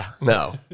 No